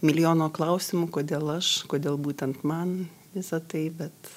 milijono klausimų kodėl aš kodėl būtent man visa tai bet